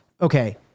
Okay